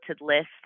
list